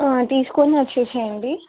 తీసుకొని వచ్చేసేయండి